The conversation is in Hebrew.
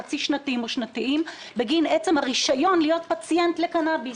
חצי שנתיים או שנתיים בגין עצם הרישיון להיות פציינט לקנאביס.